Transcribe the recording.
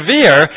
severe